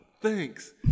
thanks